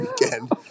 weekend